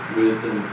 wisdom